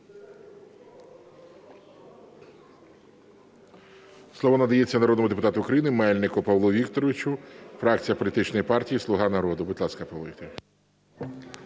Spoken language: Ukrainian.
Слово надається народному депутату України Мельнику Павлу Вікторовичу, фракція політичної "Слуга народу". Будь ласка, Павло Вікторович.